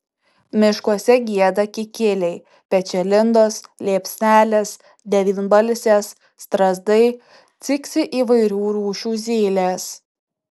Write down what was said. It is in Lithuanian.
miškuose gieda kikiliai pečialindos liepsnelės devynbalsės strazdai ciksi įvairių rūšių zylės